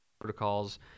protocols